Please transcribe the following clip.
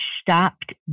stopped